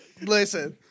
Listen